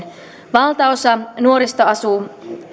valtaosa nuorista asuu